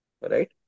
Right